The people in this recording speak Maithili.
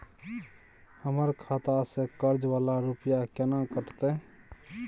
हमर खाता से कर्जा वाला रुपिया केना कटते?